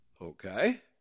Okay